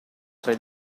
tra